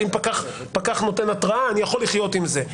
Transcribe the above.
אם פקח נותן התראה, אני יכול לחיות עם זה.